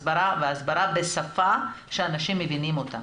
הסברה והסברה בשפה שאנשים מבינים אותה.